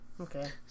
Okay